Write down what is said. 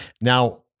Now